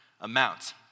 amount